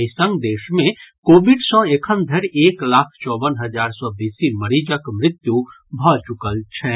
एहि संग देश मे कोविड सँ एखन धरि एक लाख चौवन हजार सँ बेसी मरीजक मृत्यु भऽ चुकल छनि